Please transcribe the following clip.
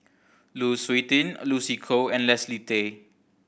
Lu Suitin Lucy Koh and Leslie Tay